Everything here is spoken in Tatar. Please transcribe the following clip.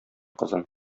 кызын